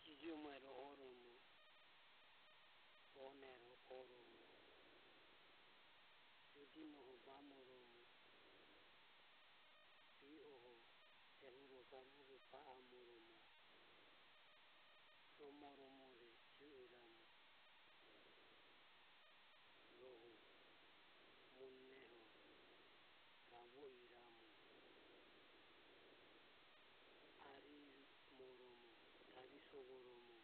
Gijomuero oromo, onero oromo, judinoho bamoromo, bi oho ehuro garure bamoromo rohu muneho ravo iramu arimoromo, daviso voromo